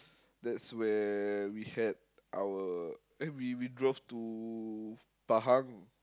that's where we had our eh we we drove to Pahang